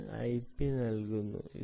അത് ഐപി നൽകുന്നു